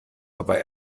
aber